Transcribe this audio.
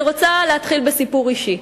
אני רוצה להתחיל בסיפור אישי: